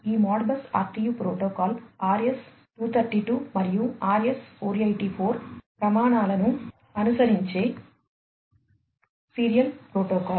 ఈ Modbus RTU protocol RS 232 మరియు RS 484 ప్రమాణాలను అనుసరించే సీరియల్ ప్రోటోకాల్